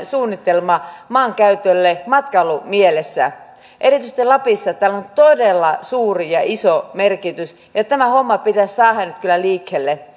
suunnitelmaa maankäytölle matkailumielessä erityisesti lapissa tällä on todella suuri ja iso merkitys ja ja tämä homma pitäisi saada nyt kyllä liikkeelle